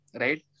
right